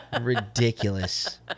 ridiculous